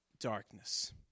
darkness